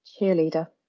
Cheerleader